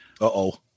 Uh-oh